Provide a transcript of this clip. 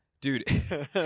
dude